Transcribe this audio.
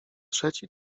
trzeci